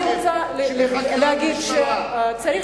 סעיף 34, אני רוצה להגיד שצריך